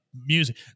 music